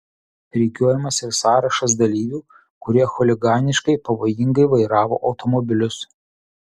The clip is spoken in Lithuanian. rikiuojamas ir sąrašas dalyvių kurie chuliganiškai pavojingai vairavo automobilius